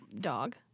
Dog